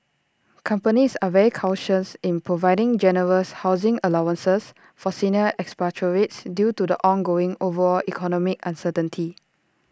companies are very cautious in providing generous housing allowances for senior expatriates due to the ongoing overall economic uncertainty